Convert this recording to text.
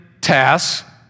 tasks